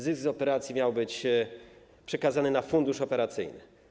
Zysk z operacji miał być przekazany na fundusz operacyjny.